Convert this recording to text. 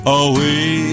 away